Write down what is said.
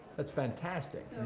that's fantastic!